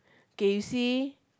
okay you see